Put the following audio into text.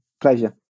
Pleasure